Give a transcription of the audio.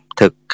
thực